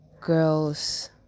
girls